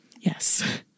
Yes